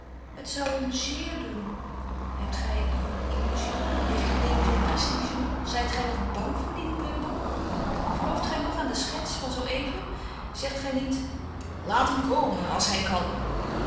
het zou hem zeer doen hebt gij uw illusiën heeft de leeuw zijn prestige nog zijt gij nog bang voor dien bullebak gelooft gij nog aan de schets van zoo even zegt gij niet laat hem komen als hij kan